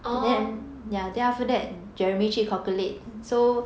orh